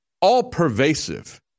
all-pervasive